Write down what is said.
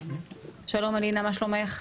שלום אלינה מה שלומך?